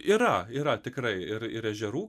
yra yra tikrai ir ir ežerų